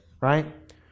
right